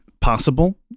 possible